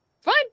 fine